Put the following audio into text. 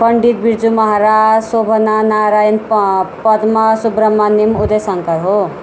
पण्डित बिर्जू महाराज सोभाना नारायण पद्मा सुब्रमण्यम उदय शङ्कर हो